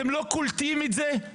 אתם לא קולטים את זה?